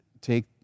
take